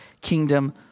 kingdom